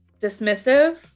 dismissive